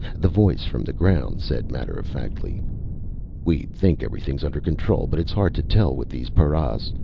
the voice from the ground said matter-of-factly we think everything's under control, but it's hard to tell with these paras.